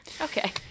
Okay